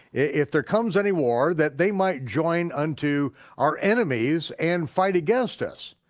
if there comes any war, that they might join unto our enemies and fight against us.